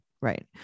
Right